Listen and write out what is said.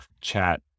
chat